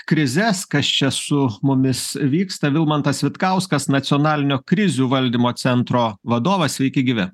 krizes kas čia su mumis vyksta vilmantas vitkauskas nacionalinio krizių valdymo centro vadovas sveiki gyvi